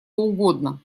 угодно